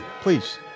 Please